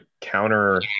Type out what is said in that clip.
counter